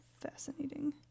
fascinating